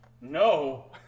No